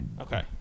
Okay